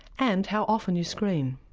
and how often you screen.